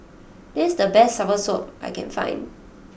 this is the best soursop I can find